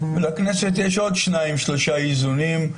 ולכנסת יש עוד שניים-שלושה איזונים.